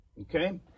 okay